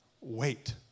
wait